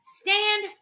Stand